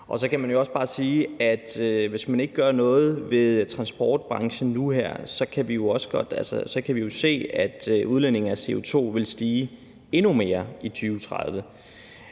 Og så kan man også bare sige, at hvis man ikke gør noget ved transportbranchen nu her, så kan vi jo se, at udledningen af CO2 vil stige endnu mere i 2030.